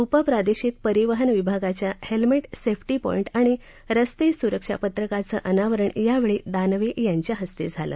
उपप्रादेशिक परिवहन विभागाच्या हेल्मेट सेल्फी पॉइंट आणि रस्ते सुरक्षा पत्रकाचं अनावरण यावेळी दानवे यांच्या हस्ते झालं